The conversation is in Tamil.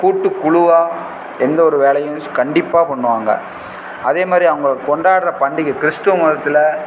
கூட்டுக் குழுவாக எந்த ஒரு வேலையும் கண்டிப்பாக பண்ணுவாங்க அதே மாதிரி அவங்க கொண்டாடுற பண்டிகை கிறிஸ்துவ மதத்தில்